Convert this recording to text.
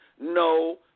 no